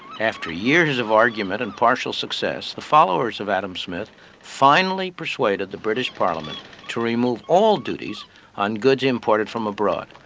after years of argument and partial success, the followers of adam smith finally persuaded the british parliament to remove all duties on goods imported from abroad.